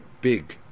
big